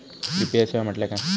UPI सेवा म्हटल्या काय?